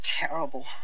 terrible